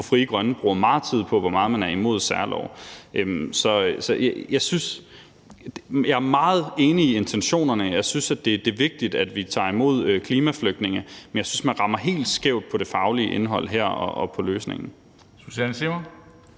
hvor Frie Grønne bruger meget tid på at fortælle, hvor meget man er imod særlove. Jeg er meget enig i intentionerne. Jeg synes, det er vigtigt, at vi tager imod klimaflygtninge, men jeg synes, at man rammer helt skævt på det faglige indhold her og på løsningen.